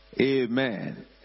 Amen